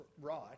right